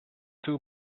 too